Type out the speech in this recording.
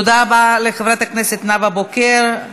תודה רבה לחברת הכנסת נאוה בוקר.